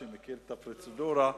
שמכיר את הפרוצדורה.